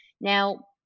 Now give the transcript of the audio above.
Now